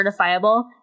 certifiable